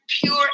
pure